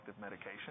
medication